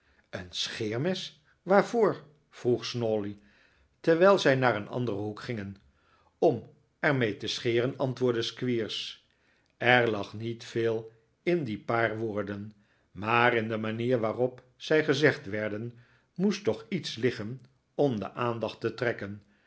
een scheermes waarvoor vroeg snawley terwijl zij naar een anderen hoek gingen om er mee te scheren antwoordde squeers er lag niet veel in die paar woorden maar in de manier waarop zij gezegd werden moest toch iets liggen om de aandacht te trekken